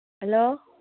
hello